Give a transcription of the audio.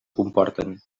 comporten